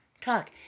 talk